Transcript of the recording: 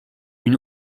une